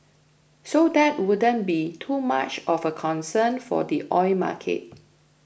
so that wouldn't be too much of a concern for the oil market